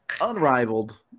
unrivaled